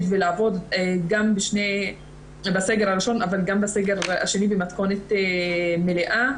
ולעבוד גם בסגר הראשון וגם בסגר השני במתכונת מלאה.